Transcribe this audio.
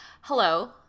hello